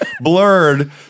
blurred